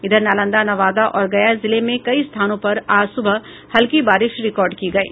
इधर नालंदा नवादा और गया जिले में कई स्थानों पर आज सुबह हल्की बारिश रिकॉर्ड की गयी